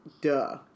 Duh